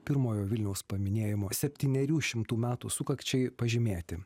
pirmojo vilniaus paminėjimo septynerių šimtų metų sukakčiai pažymėti